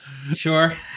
Sure